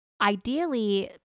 Ideally